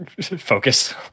focus